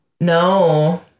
No